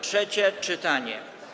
Trzecie czytanie.